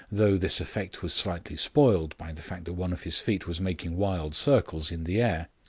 though this effect was slightly spoiled by the fact that one of his feet was making wild circles in the air.